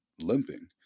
limping